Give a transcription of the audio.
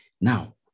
Now